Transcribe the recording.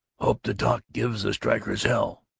hope the doc gives the strikers hell!